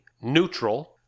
Neutral